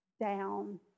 down